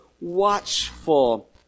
watchful